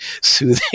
soothing